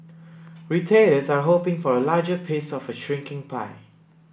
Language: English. retailers are hoping for a larger piece of a shrinking pie